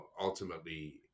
ultimately